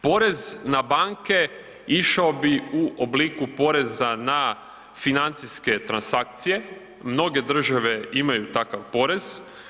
Porez na banke išao bi u obliku poreza na financijske transakcije, mnoge države imaju takav porez.